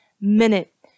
minute